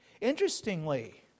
Interestingly